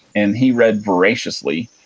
and he read voraciously,